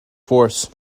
force